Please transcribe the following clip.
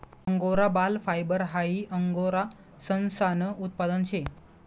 angora बाल fibre हाई angora ससानं उत्पादन शे